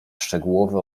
szczegółowe